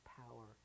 power